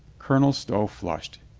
colonel stow flushed.